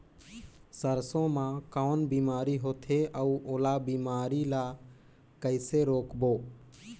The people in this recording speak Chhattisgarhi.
सरसो मा कौन बीमारी होथे अउ ओला बीमारी ला कइसे रोकबो?